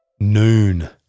Noon